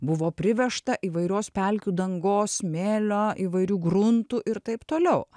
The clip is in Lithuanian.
buvo privežta įvairios pelkių dangos smėlio įvairių gruntų ir taip toliau